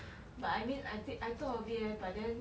but I mean I think I thought of it leh but then